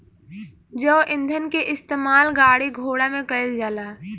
जैव ईंधन के इस्तेमाल गाड़ी घोड़ा में कईल जाला